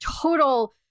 total